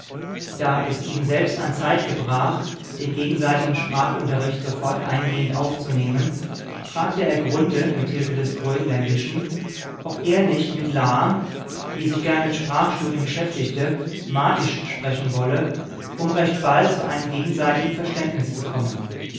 da es ihm selbst an zeit gebrach den gegenseitigem sprachunterricht sofort eingehend aufzunehmen fragte er grunthe mit hilfe des grönländischen ob er nicht mit la die sich gern mit sprachstudien beschäftigte martisch sprechen wolle um recht bald zu einem gegenseitigen verständnis zu kommen